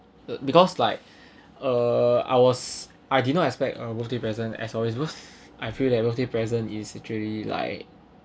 because like uh I was I did not expect a birthday present as always because I feel that birthday present is actually like